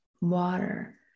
water